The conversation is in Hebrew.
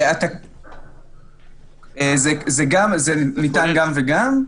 זה ניתן גם וגם.